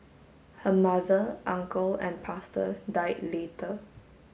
her mother uncle and pastor died later